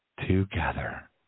together